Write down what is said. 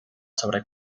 sobre